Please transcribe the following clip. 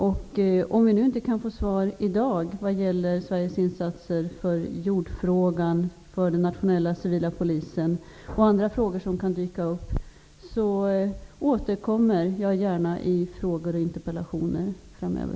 Om vi i dag inte kan få svar på frågor om Sveriges insatser för jordfrågan och om den nationella civila polisen samt på andra frågor som kan dyka upp återkommer jag gärna till dessa saker i frågor och interpellationer framöver.